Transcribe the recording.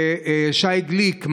לשי גליק,